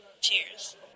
Cheers